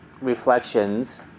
reflections